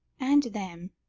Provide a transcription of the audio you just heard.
and them,